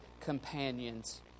companions